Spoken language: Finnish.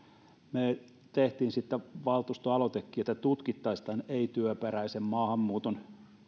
me teimme siitä valtuustoaloitteenkin että tutkittaisiin tämän ei työperäisen maahanmuuton